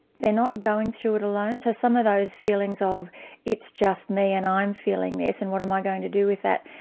they're not going through it alone so some of those feelings of it's just me, and i'm feeling this, and what am i going to do with that,